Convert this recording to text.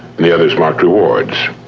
the other is marked rewards.